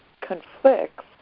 conflicts